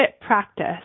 practice